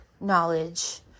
knowledge